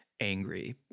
angry